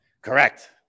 Correct